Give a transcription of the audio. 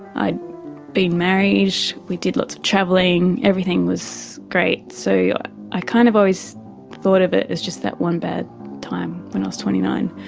i had been married, we did lots of travelling, everything was great. so yeah i kind of always thought of it as just that one bad time when i was twenty nine.